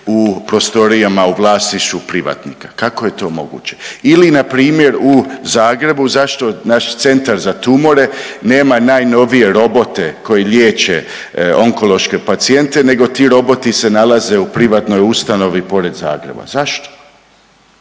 u prostorijama u vlasništvu privatnika, kako je to moguće? Ili npr. u Zagrebu, zašto naš Centar za tumore nema najnovije robote koji liječe onkološke pacijente nego ti roboti se nalaze u privatnoj ustanovi pored Zagreba, zašto?